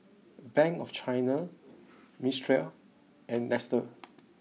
bank of China Mistral and Nestle